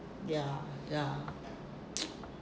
ya ya